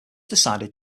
decided